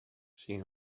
sin